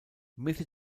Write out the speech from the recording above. mitte